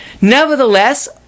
nevertheless